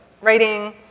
writing